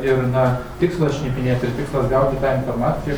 ir na tikslas šnipinėti ir tikslas gauti tą informaciją